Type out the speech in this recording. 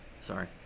Sorry